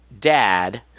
dad